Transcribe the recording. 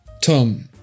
Tom